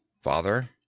Father